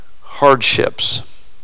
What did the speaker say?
hardships